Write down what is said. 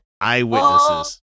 eyewitnesses